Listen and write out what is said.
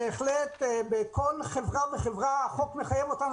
בהחלט בכל חברה וחברה החוק מחייב אותנו